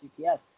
CPS